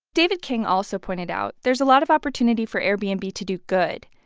david king also pointed out there's a lot of opportunity for airbnb to do good.